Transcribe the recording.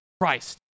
Christ